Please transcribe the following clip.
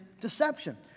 deception